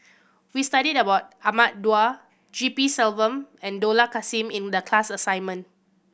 we studied about Ahmad Daud G P Selvam and Dollah Kassim in the class assignment